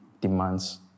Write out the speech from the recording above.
demands